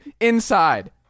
Inside